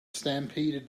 stampeded